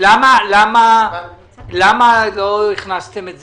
למה לא הכנסתם את זה?